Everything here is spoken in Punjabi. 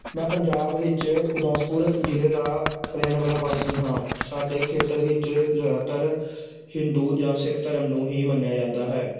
ਮੈਂ ਪੰਜਾਬ ਵਿੱਚ ਗੁਰਦਾਸਪੁਰ ਜ਼ਿਲ੍ਹੇ ਦਾ ਰਹਿਣ ਵਾਲਾ ਵਾਸੀ ਹਾਂ ਸਾਡੇ ਖੇਤਰ ਵਿੱਚ ਜ਼ਿਆਦਾਤਰ ਹਿੰਦੂ ਜਾਂ ਸਿੱਖ ਧਰਮ ਨੂੰ ਹੀ ਮੰਨਿਆ ਜਾਂਦਾ ਹੈ